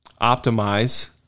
optimize